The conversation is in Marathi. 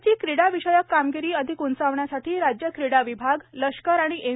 राज्याची क्रीडा विषयक कामगिरी अधिक उंचावण्यासाठी राज्य क्रीडा विभाग लष्कर आणि एन